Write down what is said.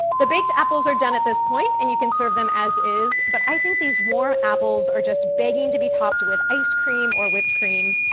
the baked apples are done at this point and you can serve them as is, but i think these warm apples are just begging to be topped with ice cream or whipped cream,